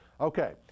Okay